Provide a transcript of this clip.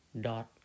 dot